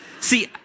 See